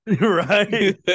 Right